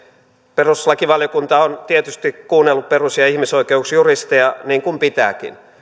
perustuslakivaliokunta on tietysti kuunnellut perus ja ihmisoikeusjuristeja niin kuin pitääkin